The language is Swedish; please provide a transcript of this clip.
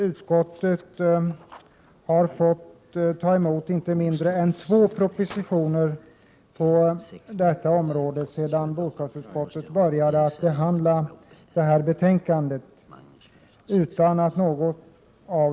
Utskottet har fått ta emot, utan att någon av dem var föranmäld, inte mindre än två propositioner på detta område sedan utskottet började behandla detta betänkande.